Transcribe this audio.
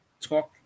Talk